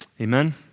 Amen